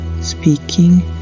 speaking